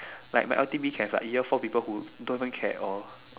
like my L_T_B have like year four people who don't even care at all